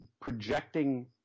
projecting